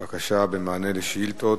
בבקשה, מענה על שאילתות.